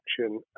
action